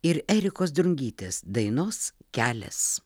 ir erikos drungytės dainos kelias